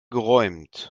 geräumt